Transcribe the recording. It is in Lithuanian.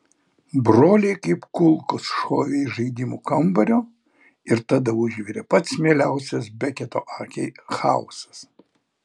broliai kaip kulkos šovė iš žaidimų kambario ir tada užvirė pats mieliausias beketo akiai chaosas